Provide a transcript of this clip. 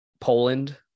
Poland